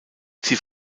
sie